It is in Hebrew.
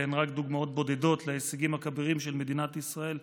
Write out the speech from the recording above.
אלה רק דוגמאות בודדות להישגים הכבירים של מדינת ישראל,